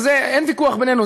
שזה אין ויכוח בינינו,